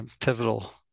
pivotal